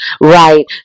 Right